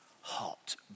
hot